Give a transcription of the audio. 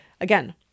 Again